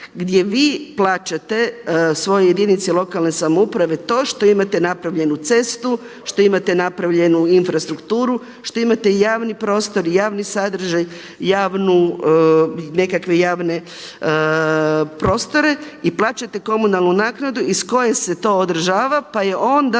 gdje vi plaćate svoje jedinice lokalne samouprave to što imate napravljenu cestu, što imate napravljenu infrastrukturu, što imate javni prostor i javni sadržaj, javnu, nekakve javne prostore i plaćate komunalnu naknadu iz koje se to održava pa je onda